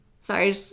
Sorry